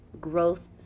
growth